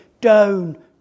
down